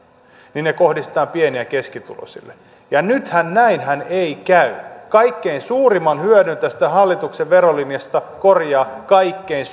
niin ne kohdistetaan pieni ja keskituloisille mutta nythän näin ei käy kaikkein suurimman hyödyn tästä hallituksen verolinjasta korjaavat kaikkein